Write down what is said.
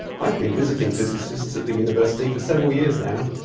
i have been visiting physicists at the university for several years now,